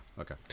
Okay